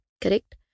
Correct